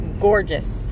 gorgeous